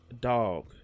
Dog